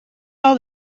all